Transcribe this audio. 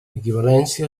equivalència